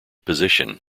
position